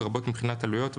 לרבות מבחינת עלויות,